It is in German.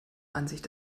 ansicht